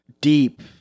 deep